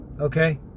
Okay